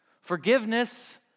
Forgiveness